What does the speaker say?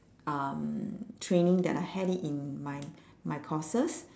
um training that I had it in my my courses